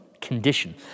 condition